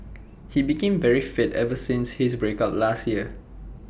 he became very fit ever since his break up last year